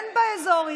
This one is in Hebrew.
אין באזור,